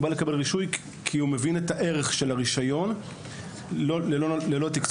הוא בא לקבל רישוי כי הוא מבין את הערך של הרישיון ללא תקצוב,